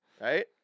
Right